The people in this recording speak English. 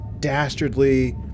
dastardly